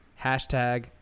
Hashtag